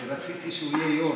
אני רציתי שהוא יהיה יו"ר,